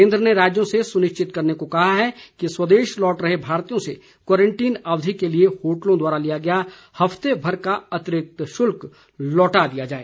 केन्द्र ने राज्यों से सुनिश्चित करने को कहा है कि स्वदेश लौट रहे भारतीयों से क्वारंटीन अवधि के लिए होटलों द्वारा लिया गया हफ्ते भर का अतिरिक्त शुल्क लौटा दिया जाए